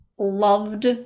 loved